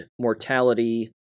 Mortality